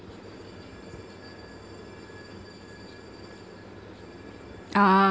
ah